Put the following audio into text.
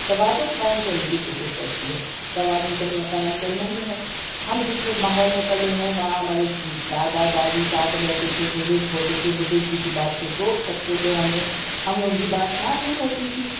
توازن قائم کرنے کی کوشش کرتی ہے توازن تو ہمیں قائم کرنا ہی ہے ہم جس بھی ماحول میں پلے ہیں وہاں ہمارے دادا دادی ساتھ رہتے تھے بزرگ ہوتے تھے بزرگ کسی بات پر ٹوک سکتے تھے ہمیں ہمیں ان کی بات ماننی ہوتی تھی